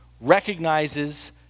recognizes